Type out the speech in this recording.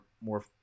more